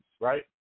right